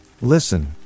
Listen